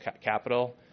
capital